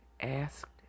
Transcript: asked